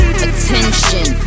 Attention